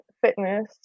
fitness